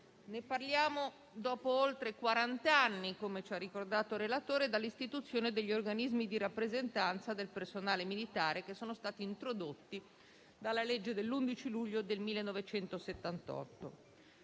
Ne parliamo dopo oltre quarant'anni anni, come ci ha ricordato il relatore, cioè dall'istituzione degli organismi di rappresentanza del personale militare, che sono stati introdotti dalla legge dell'11 luglio del 1978,